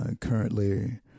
currently